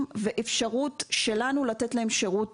אם עלו עד עכשיו 1,555 עד יום שישי --- רגע,